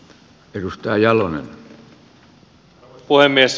arvoisa puhemies